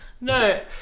No